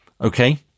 Okay